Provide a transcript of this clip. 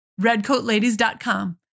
redcoatladies.com